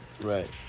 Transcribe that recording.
Right